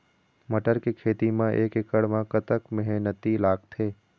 मटर के खेती म एक एकड़ म कतक मेहनती लागथे?